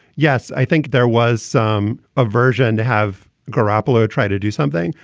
yes. i think there was some aversion to have garoppolo try to do something.